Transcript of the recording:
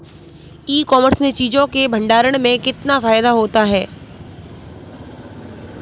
ई commerce में चीज़ों के भंडारण में कितना फायदा होता है?